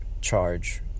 charge